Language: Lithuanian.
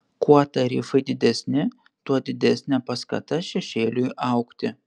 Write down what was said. kuo tarifai didesni tuo didesnė paskata šešėliui augti